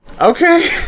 okay